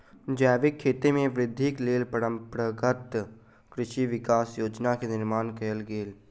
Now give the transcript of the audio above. जैविक खेती में वृद्धिक लेल परंपरागत कृषि विकास योजना के निर्माण कयल गेल